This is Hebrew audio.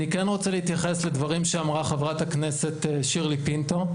אני כן רוצה להתייחס לדברים שאמרה חברת הכנסת שירלי פינטו.